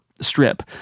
strip